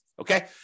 okay